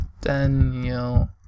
Daniel